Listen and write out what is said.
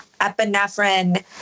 epinephrine